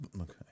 okay